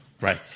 Right